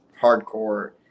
hardcore